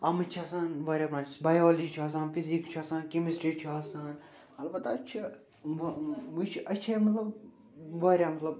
اَتھ منٛز چھِ آسان واریاہ مزٕ بیالجی چھُ آسان فِزیٖک چھُ آسان کیمسٹری چھُ آسان البتہ چھِ مطلب وارِیاہ مطلب